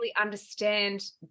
understand